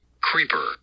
Creeper